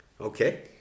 Okay